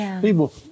People